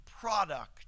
product